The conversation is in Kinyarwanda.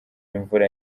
imvura